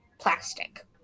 plastic